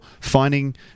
finding